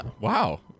Wow